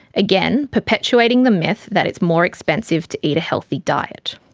again, perpetuating the myth that it's more expensive to eat a healthy diet.